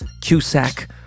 Cusack